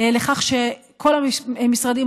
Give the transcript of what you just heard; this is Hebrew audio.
הבאנו לכך שכל המשרדים,